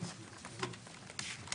כרגע.